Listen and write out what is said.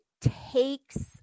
takes